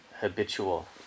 habitual